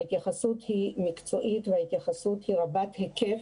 ההתייחסות היא מקצועית וההתייחסות היא רבת היקף,